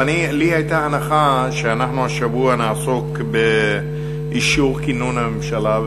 לי הייתה הנחה שהשבוע אנחנו נעסוק באישור כינון הממשלה.